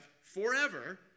forever